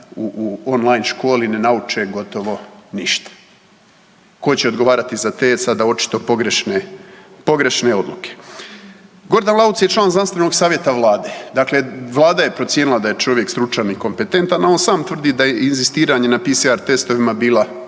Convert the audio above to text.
u online školi ne nauče gotovo ništa. Ko će odgovarati za te sada očito pogrešne odluke? Gordan Lauc je član Znanstvenog savjeta Vlade, dakle Vlada je procijenila da je čovjek stručan i kompetentan, a on sam tvrdi da je inzistiranje na PCR testovima bila